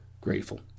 grateful